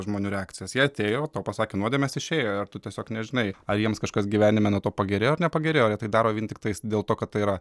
žmonių reakcijas jie atėjo tau pasakė nuodėmes išėjo ir tu tiesiog nežinai ar jiems kažkas gyvenime nuo to pagerėjo ar nepagerėjo jie tai daro vien tiktais dėl to kad tai yra